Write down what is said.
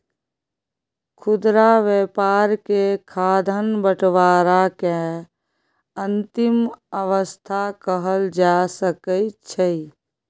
खुदरा व्यापार के खाद्यान्न बंटवारा के अंतिम अवस्था कहल जा सकइ छइ